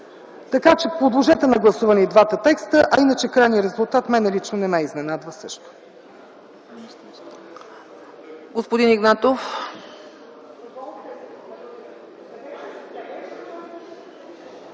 Така че подложете на гласуване и двата текста, а иначе крайният резултат мен лично не ме изненадва също.